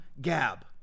Gab